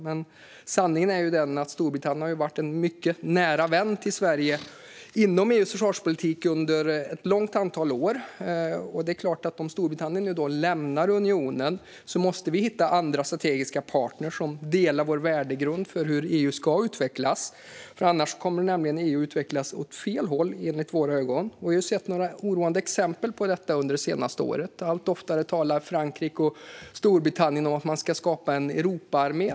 Men sanningen är ju den att Storbritannien har varit en mycket nära vän till Sverige inom EU:s försvarspolitik under ett långt antal år. Om Storbritannien lämnar unionen måste vi självklart hitta andra strategiska partner som delar vår värdegrund för hur EU ska utvecklas. Annars kommer nämligen EU att utvecklas åt fel håll i våra ögon. Vi har sett några oroande exempel på detta under det senaste året. För det första talar Frankrike och Storbritannien allt oftare om att man ska skapa en Europaarmé.